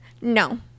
No